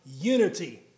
unity